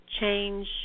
change